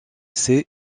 sait